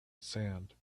sand